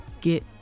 get